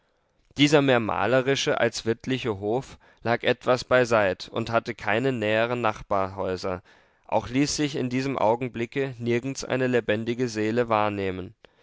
dieser mehr malerische als wirtliche hof lag etwas beiseit und hatte keine näheren nachbarhäuser auch ließ sich in diesem augenblicke nirgends eine lebendige seele wahrnehmen